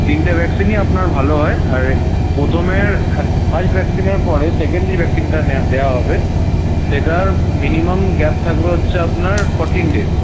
তিনটে ভ্যাকসিনই আপনার ভালো হয় আর প্রথমের এক ফাইট ভ্যাকসিনের পরে সেকেন্ড যেই ভ্যাকসিনটা নেয়া দেয়া হবে সেটার মিনিমাম গ্যাপ থাকবে হচ্ছে আপনার ফর্টিন ডেস